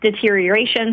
deterioration